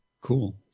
Cool